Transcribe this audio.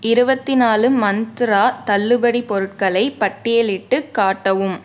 இருபத்தி நாலு மந்த்ரா தள்ளுபடிப் பொருட்களை பட்டியலிட்டுக் காட்டவும்